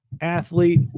athlete